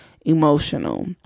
emotional